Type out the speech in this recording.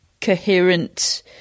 coherent